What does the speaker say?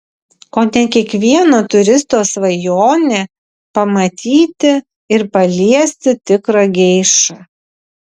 kone kiekvieno turisto svajonė pamatyti ir paliesti tikrą geišą